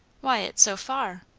why, it's so far.